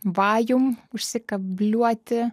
vajum užsikabliuoti